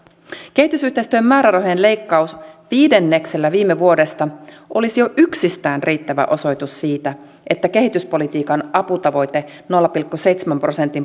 kehitysyhteistyömäärärahojen leikkaus viidenneksellä viime vuodesta olisi jo yksistään riittävä osoitus siitä että kehityspolitiikan aputavoite nolla pilkku seitsemän prosentin